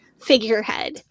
figurehead